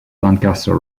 doncaster